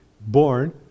born